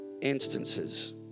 instances